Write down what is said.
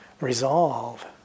resolve